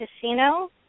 casino